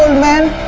man!